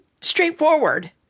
straightforward